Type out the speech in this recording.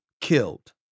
Killed